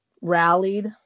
rallied